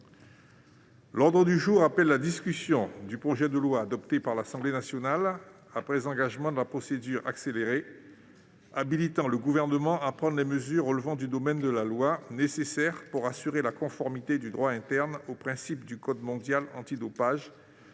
L'ordre du jour appelle la discussion du projet de loi, adopté par l'Assemblée nationale après engagement de la procédure accélérée, habilitant le Gouvernement à prendre les mesures relevant du domaine de la loi nécessaires pour assurer la conformité du droit interne aux principes du code mondial antidopage